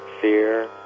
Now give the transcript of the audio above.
fear